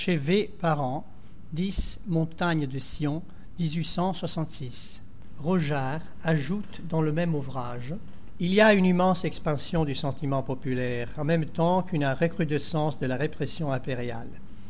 rogeart ajoute dans le même ouvrage il y a une immense expansion du sentiment populaire en même temps qu'une recrudescence de la répression impériale